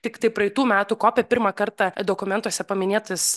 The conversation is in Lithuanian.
tiktai praeitų metų kope pirmą kartą dokumentuose paminėtas